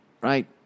right